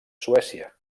suècia